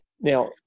Now